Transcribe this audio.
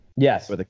Yes